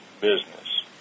business